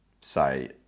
say